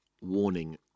Warning